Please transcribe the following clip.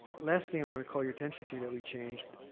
last thing i want to call your attention to that we changed,